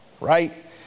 Right